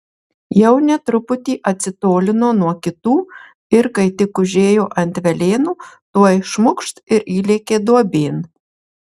jaunė truputį atsitolino nuo kitų ir kai tik užėjo ant velėnų tuoj šmukšt ir įlėkė duobėn